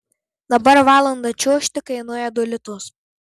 dabar valandą čiuožti kainuoja du litus